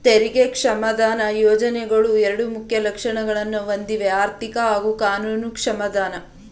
ತೆರಿಗೆ ಕ್ಷಮಾದಾನ ಯೋಜ್ನೆಗಳು ಎರಡು ಮುಖ್ಯ ಲಕ್ಷಣಗಳನ್ನ ಹೊಂದಿವೆಆರ್ಥಿಕ ಹಾಗೂ ಕಾನೂನು ಕ್ಷಮಾದಾನ